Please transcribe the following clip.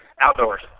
Outdoors